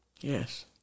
Yes